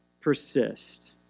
persist